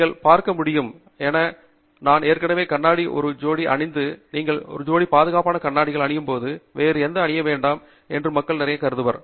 நீங்கள் பார்க்க முடியும் என நான் ஏற்கனவே கண்ணாடி ஒரு ஜோடி அணிந்து நீங்கள் ஒரு ஜோடி பாதுகாப்பு கண்ணாடிகளை அணியும்போது வேறு எதையும் அணிய வேண்டாம் என்று மக்கள் நிறைய பேர் கருதுகின்றனர்